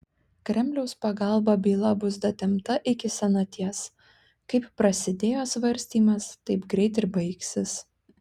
kremliaus pagalba byla bus datempta iki senaties kaip prasidėjo svarstymas taip greit ir baigsis